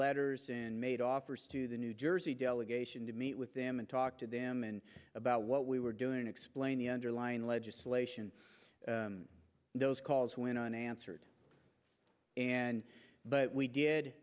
letters and made offers to the new jersey delegation to meet with them and talk to them and about what we were doing explain the underlying legislation those calls went on answered and but we did